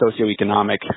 socioeconomic